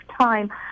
time